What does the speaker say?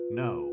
no